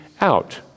out